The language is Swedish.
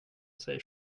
sig